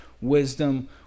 wisdom